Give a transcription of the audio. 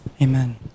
Amen